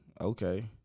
okay